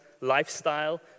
lifestyle